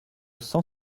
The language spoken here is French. cent